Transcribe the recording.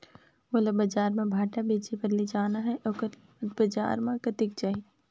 मोला बजार मां भांटा बेचे बार ले जाना हे ओकर कीमत बजार मां कतेक जाही?